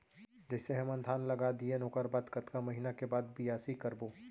जइसे हमन धान लगा दिएन ओकर बाद कतका महिना के बाद बियासी करबो?